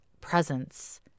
presence